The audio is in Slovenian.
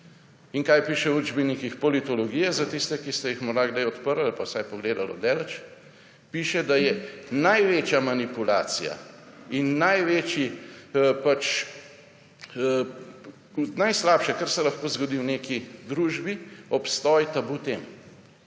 In kaj piše v učbenikih politologije za tiste, ki ste jih morda kdaj odprli ali pa vsaj pogledali od daleč? Piše, da je največja manipulacija in najslabše, kar se lahko zgodi v neki družbi, obstoj tabu tem.